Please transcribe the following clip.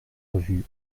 revue